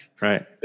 Right